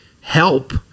help